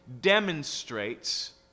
demonstrates